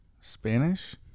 Spanish